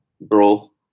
bro